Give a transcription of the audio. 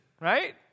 right